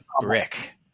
Brick